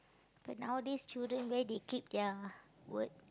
but nowadays children where they keep their word